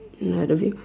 another veil